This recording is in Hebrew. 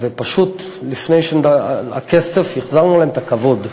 ופשוט, לפני הכסף, החזרנו להם את הכבוד.